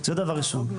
זהו הדבר הראשון.